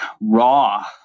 raw